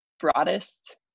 broadest